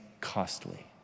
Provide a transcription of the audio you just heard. costly